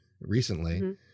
recently